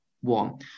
one